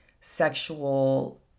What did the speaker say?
sexual